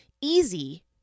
Easy